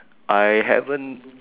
I haven't